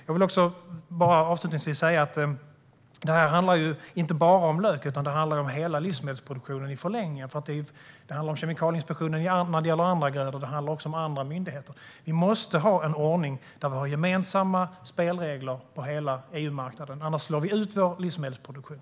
Avslutningsvis vill jag säga att detta inte bara handlar om lök. Det handlar i förlängningen om hela livsmedelsproduktionen. Det handlar om Kemikalieinspektionen när det gäller andra grödor, och det handlar också om andra myndigheter. Vi måste ha en ordning där vi har gemensamma spelregler på hela EU-marknaden. Annars slår vi ut vår livsmedelsproduktion.